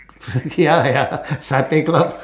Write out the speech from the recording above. ya ya satay club